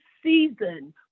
season